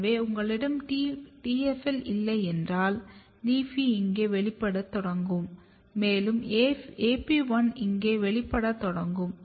எனவே உங்களிடம் TFL இல்லையென்றால் LEAFY இங்கே வெளிப்படுத்தத் தொடங்கும் மேலும் AP1 இங்கே வெளிப்படுத்தத் தொடங்கும்